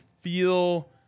feel